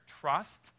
trust